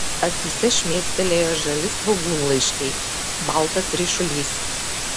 akyse šmėstelėjo žali svogūnlaiškiai baltas ryšulys